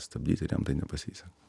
stabdyt ir jam tai nepasise